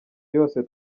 yose